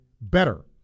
better